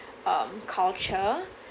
um culture